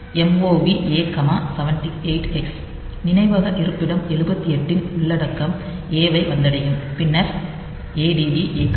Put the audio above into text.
mov a78 hex நினைவக இருப்பிடம் 78 இன் உள்ளடக்கம் A ஐ வந்தடையும் பின்னர் add AY